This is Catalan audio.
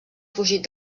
fugit